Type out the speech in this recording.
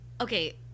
Okay